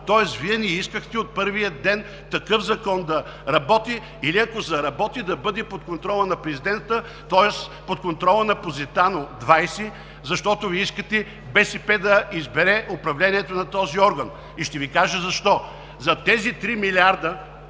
ден Вие не искахте такъв закон да работи или ако заработи да бъде под контрола на президента, под контрола на „Позитано“ № 20, защото Вие искахте БСП да избере управлението на този орган. Ще Ви кажа защо: зад тези три милиарда